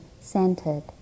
centered